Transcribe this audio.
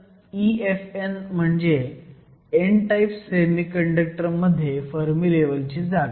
तर EFn म्हणजे n type semiconductor मध्ये फर्मी लेव्हलची जागा